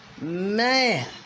Man